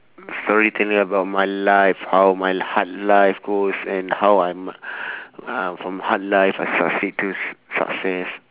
storyteller about my life how my hard life goes and how I'm uh from hard life I succeed till s~ success